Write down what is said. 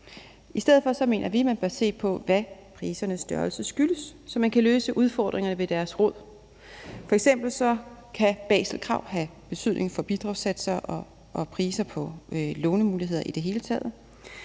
I stedet for mener vi man bør se på, hvad prisernes størrelse skyldes, så man kan løse udfordringerne ved deres rod. F.eks. kan Baselkrav have betydning for bidragssatser og priser på lånemuligheder i det hele taget.